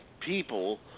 People